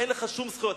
אין לך שום זכויות.